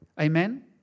Amen